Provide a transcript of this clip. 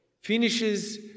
finishes